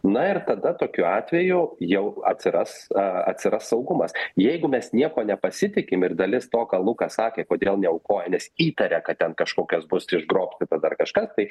na ir tada tokiu atveju jau atsiras a atsiras saugumas jeigu mes niekuo nepasitikim ir dalis to ką luka sakė kodėl neaukoja nes įtaria kad ten kažkokias bus išgrobstyta dar kažkas tai